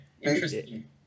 interesting